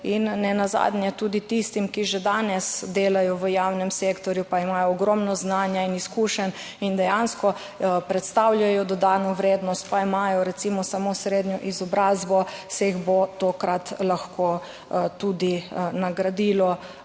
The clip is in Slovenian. in nenazadnje tudi tistim, ki že danes delajo v javnem sektorju, pa imajo ogromno znanja in izkušenj in dejansko predstavljajo dodano vrednost, pa imajo recimo samo srednjo izobrazbo, se jih bo tokrat lahko tudi nagradilo